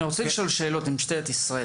משטרת ישראל,